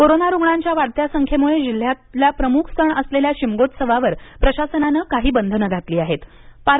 corona रुग्णांच्या वाढत्या संख्येमुळे जिल्ह्यातला प्रमुख सण असलेल्या शिमगोत्सवावर प्रशासनानं काही बंधनं घातली होती